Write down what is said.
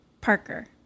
Parker